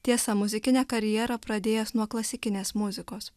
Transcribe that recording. tiesa muzikinę karjerą pradėjęs nuo klasikinės muzikos